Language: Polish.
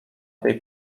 tej